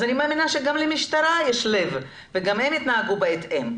אני מאמינה שגם למשטרה יש לב וגם הם יתנהגו בהתאם.